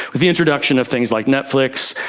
with the introduction of things like netflix,